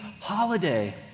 holiday